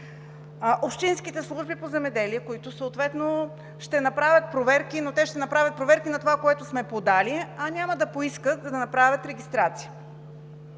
Общинските служби по земеделие съответно ще направят проверки, но те ще направят проверки на това, което сме подали, а няма да поискат да направят регистрация.